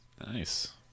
Nice